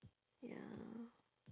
ya